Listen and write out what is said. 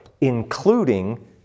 including